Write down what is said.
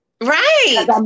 Right